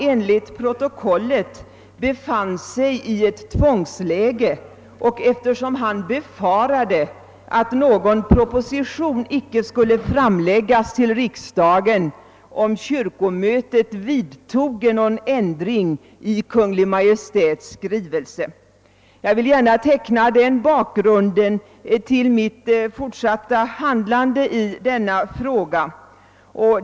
Enligt protokollet befann han sig i ett tvångsläge, eftersom han befarade att någon proposition icke skulle framläggas till riksdagen om kyrkomötet vidtoge någon ändring i Kungl. Maj:ts skrivelse. Jag vill gärna teckna den bakgrunden till mitt fortsatta handlande i denna fråga.